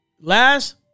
last